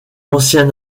ancien